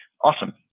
Awesome